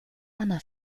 anna